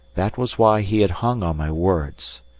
that was why he had hung on my words,